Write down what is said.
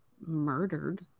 murdered